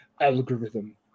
Algorithm